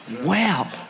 Wow